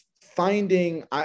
finding